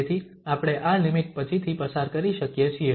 તેથી આપણે આ લિમિટ પછીથી પસાર કરી શકીએ છીએ